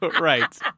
right